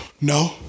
no